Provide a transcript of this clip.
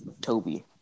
Toby